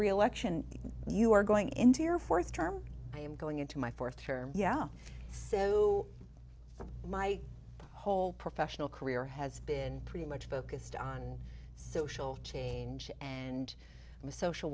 reelection you are going into your fourth term i am going into my fourth term yeah so my whole professional career has been pretty much focused on social change and i'm a social